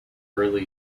early